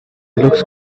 looks